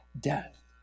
death